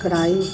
ਕੜਾਹੀ